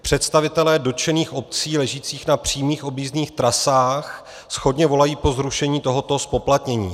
Představitelé dotčených obcí ležících na přímých objízdných trasách shodně volají po zrušení tohoto zpoplatnění.